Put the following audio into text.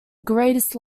greatest